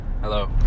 Hello